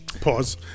Pause